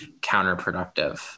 counterproductive